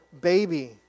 baby